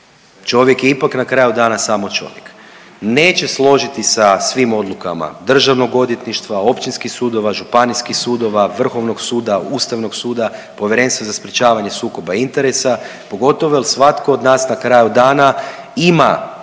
čovjek je ipak na kraju dana samo čovjek neće složiti sa svim odlukama Državnog odvjetništva, općinskih sudova, županijskih sudova, Vrhovnog suda, Ustavnog suda, Povjerenstva za sprječavanje sukoba interesa pogotovo jer svatko od nas na kraju dana ima